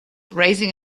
raising